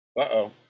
Uh-oh